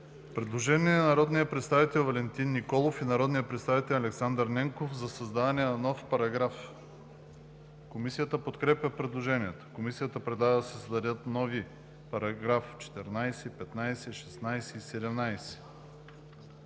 Предложение на народния представител Валентин Николов и народния представител Александър Ненков за създаване на нов параграф. Комисията подкрепя предложението. Комисията предлага да се създадат нови параграфи 14, 15, 16 и 17: